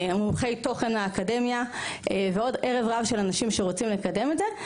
מומחי תוכן מהאקדמיה ועוד ערב רב של אנשים שרוצים לקדם את זה.